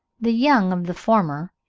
the young of the former,